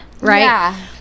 right